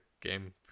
game